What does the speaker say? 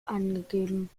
angegeben